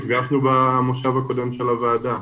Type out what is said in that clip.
נפגשנו במושב הקודם של הוועדה.